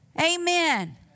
Amen